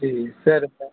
جی صرف